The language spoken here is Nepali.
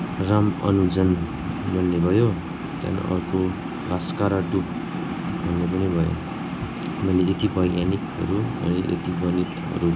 राम अनुजन भन्ने भयो त्यहाँदेखि अर्को भास्करा डुप भन्ने पनि भयो मैले यति वैज्ञानिकहरू मैले यति गणितहरू